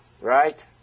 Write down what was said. Right